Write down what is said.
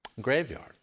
Graveyard